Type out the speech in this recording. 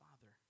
father